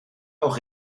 auch